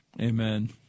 Amen